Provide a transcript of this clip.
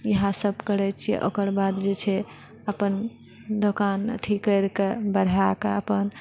इएह सभ करैत छिऐ ओकर बाद जे छै अपन दोकान अथि करिके बढ़ाकऽ अपन